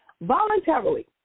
Voluntarily